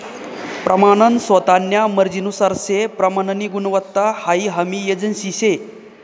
प्रमानन स्वतान्या मर्जीनुसार से प्रमाननी गुणवत्ता हाई हमी एजन्सी शे